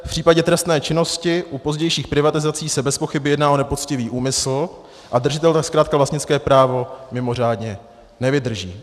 V případě trestné činnosti u pozdějších privatizací se bezpochyby jedná o nepoctivý úmysl a držitel tak zkrátka vlastnické právo mimořádně nevydrží.